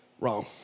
wrong